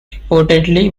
reportedly